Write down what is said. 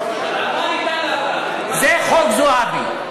זה חוק זועבי.